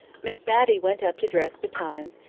miss matty went up to dress betimes,